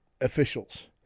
officials